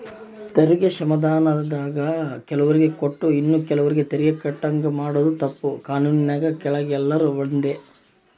ತೆರಿಗೆ ಕ್ಷಮಾಧಾನಾನ ಕೆಲುವ್ರಿಗೆ ಕೊಟ್ಟು ಇನ್ನ ಕೆಲುವ್ರು ತೆರಿಗೆ ಕಟ್ಟಂಗ ಮಾಡಾದು ತಪ್ಪು, ಕಾನೂನಿನ್ ಕೆಳಗ ಎಲ್ರೂ ಒಂದೇ